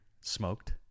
smoked